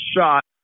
shot